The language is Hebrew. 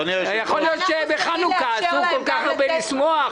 יכול להיות שבחנוכה אסור כל כך הרבה לשמוח.